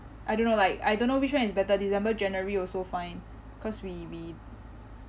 I don't know like I don't know which one is better december january also fine cause we we